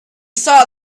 saw